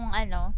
ano